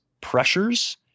pressures